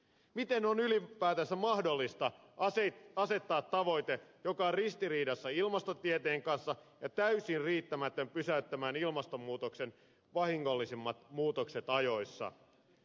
miten on ylipäätänsä mahdollista asettaa tavoite joka on ristiriidassa ilmastotieteen kanssa ja täysin riittämätön pysäyttämään ilmastonmuutoksen vahingollisimmat muutokset ajoissa